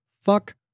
Fuck